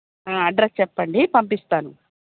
address చెప్పండి పంపిస్తాను